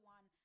One